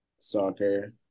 soccer